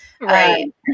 Right